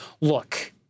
look